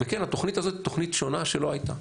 כן, התוכנית הזאת היא תוכנית שונה שלא הייתה,